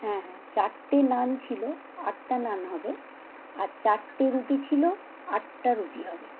হ্যাঁ হ্যাঁ চারটে নান ছিল আটটা নান হবে আর চারটে রুটি ছিল আটটা রুটি হবে